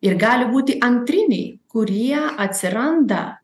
ir gali būti antriniai kurie atsiranda